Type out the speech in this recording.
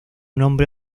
nombre